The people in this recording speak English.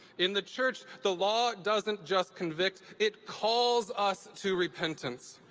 in the church, the law doesn't just convict, it calls us to repentance.